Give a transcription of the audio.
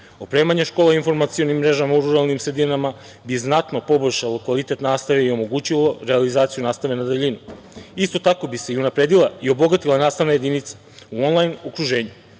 Opremanje škola informacionim mrežama u ruralnim sredinama bi znatno poboljšalo kvalitet nastave i omogućilo realizaciju nastave na daljinu. Isto tako bi se unapredila i obogatila nastavna jedinica u onlajn okruženju.